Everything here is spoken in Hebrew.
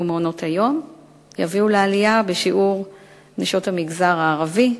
ומעונות-היום תביא לעלייה בשיעור נשות המגזר הערבי,